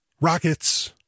rockets